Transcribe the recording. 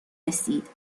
رسید